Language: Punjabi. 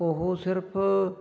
ਉਹ ਸਿਰਫ